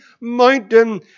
mountain